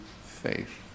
faith